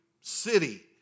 city